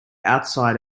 outside